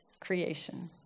creation